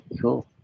cool